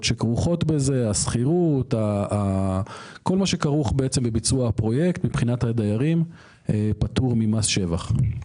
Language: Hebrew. שכרוכות בזה כל מה שכרוך בפרויקט מבחינת הדיירים פטור ממס שבח.